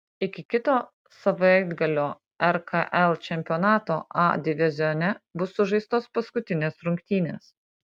iki kito savaitgalio rkl čempionato a divizione bus sužaistos paskutinės rungtynės